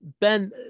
Ben